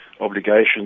obligations